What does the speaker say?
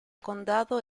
condado